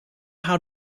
how